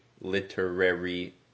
literary